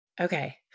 Okay